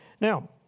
Now